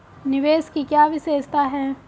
निवेश की क्या विशेषता है?